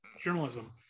journalism